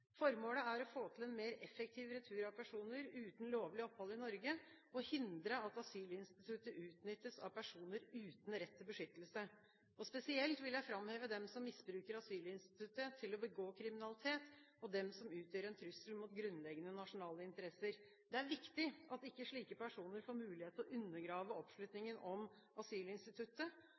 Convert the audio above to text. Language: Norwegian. Formålet er å få til en mer effektiv retur av personer uten lovlig opphold i Norge og hindre at asylinstituttet utnyttes av personer uten rett til beskyttelse. Spesielt vil jeg framheve dem som misbruker asylinstituttet til å begå kriminalitet, og dem som utgjør en trussel mot grunnleggende nasjonale interesser. Det er viktig at ikke slike personer får mulighet